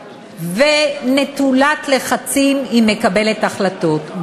ונטולת לחצים היא מקבלת החלטות.